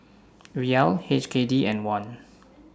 Riyal H K D and Won